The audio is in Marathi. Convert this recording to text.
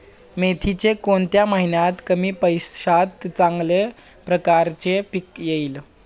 मेथीचे कोणत्या महिन्यात कमी पैशात चांगल्या प्रकारे पीक येईल?